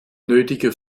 nötige